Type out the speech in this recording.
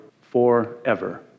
forever